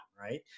right